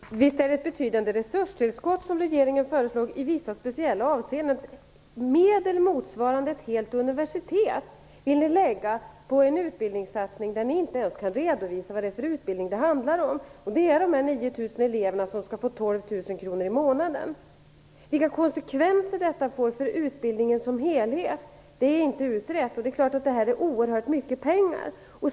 Herr talman! Visst är det ett betydande resurstillskott som regeringen föreslår i vissa speciella avseenden. Medel motsvarande ett helt universitet vill ni lägga på en utbildningssatsning där ni inte ens kan redovisa vad det är för utbildning det handlar om. Det är 9 000 elever som skall få 12 000 kr i månaden. Vilka konsekvenser detta får för utbildningen som helhet är inte utrett. Det här är oerhört mycket pengar.